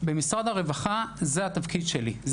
במשרד הרווחה, זה התפקיד שלי.